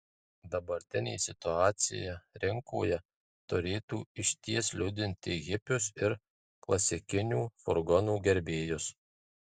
dabartinė situacija rinkoje turėtų išties liūdinti hipius ir klasikinių furgonų gerbėjus